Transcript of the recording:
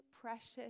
precious